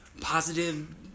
positive